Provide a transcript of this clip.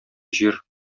җир